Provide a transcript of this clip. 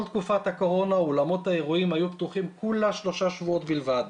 כל תקופת הקורונה אולמות האירועים היו פותחים שלושה שבועות בלבד.